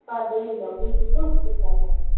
per day இல்லை ஒரு வீக்குக்கு சிக்ஸ் ஹண்ட்ரட் ஆகும்